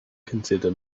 consider